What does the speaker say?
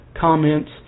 comments